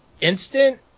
instant